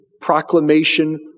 proclamation